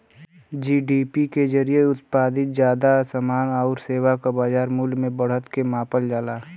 GDP के जरिये उत्पादित जादा समान आउर सेवा क बाजार मूल्य में बढ़त के मापल जाला